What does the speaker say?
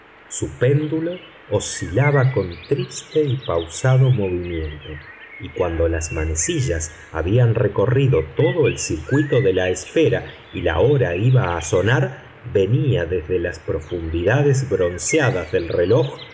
su péndulo oscilaba con triste y pausado movimiento y cuando las manecillas habían recorrido todo el circuito de la esfera y la hora iba a sonar venía desde las profundidades bronceadas del reloj